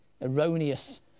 erroneous